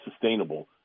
sustainable